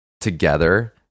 together